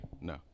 No